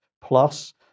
plus